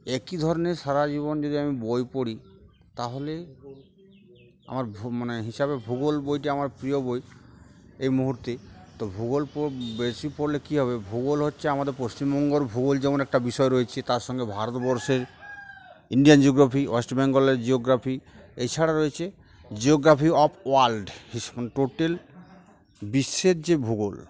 একই ধরনের সারা জীবন যদি আমি বই পড়ি তাহলে আমার ভূ মানে হিসাবে ভূগোল বইটি আমার প্রিয় বই এই মুহূর্তে তো ভূগোল পো বেশি পড়লে কী হবে ভূগোল হচ্ছে আমাদের পশ্চিমবঙ্গর ভূগোল যেমন একটা বিষয় রয়েছে তার সঙ্গে ভারতবর্ষের ইন্ডিয়ান জিওগ্রাফি ওয়েস্ট বেঙ্গলের জিওগ্রাফি এছাড়া রয়েছে জিওগ্রাফি অফ ওয়ার্ল্ড টোটাল বিশ্বের যে ভূগোল